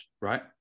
right